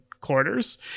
quarters